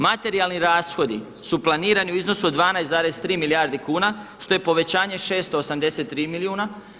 Materijalni rashodi su planirani u iznosu od 12,3 milijarde kuna što je povećanje 683 milijuna.